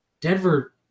Denver